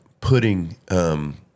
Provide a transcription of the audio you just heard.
putting –